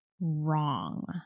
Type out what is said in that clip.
wrong